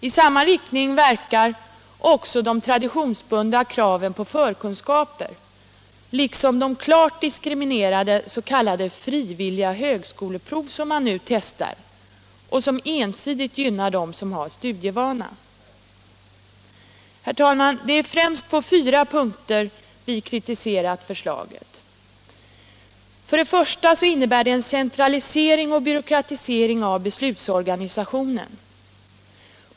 I samma riktning verkar de traditionsbundna kraven på förkunskaper liksom de klart diskriminerande s.k. frivilliga högskoleprov, som man nu testar och som ensidigt gynnar de som har studievana. Herr talman! Det är främst på fyra punkter vi har kritiserat förslaget: 1. Det innebär en centralisering och byråkratisering av beslutsorganisationen.